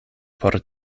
por